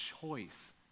choice